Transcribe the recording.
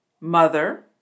mother